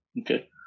Okay